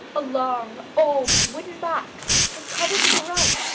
a long, old wooden box was covered with a rug,